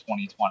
2020